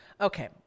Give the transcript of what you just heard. Okay